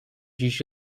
dziś